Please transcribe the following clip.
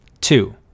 two